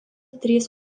trys